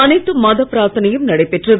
அனைத்து மத பிராத்தனையும் நடைபெற்றது